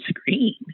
screen